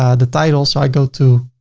ah the title. so i go to